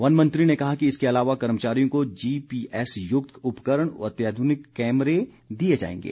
वनमंत्री ने कहा कि इसके अलावा कर्मचारियों को जीपीएस युक्त उपकरण अत्याधुनिक कैमरे दिए जाएंगे